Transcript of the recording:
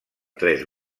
tres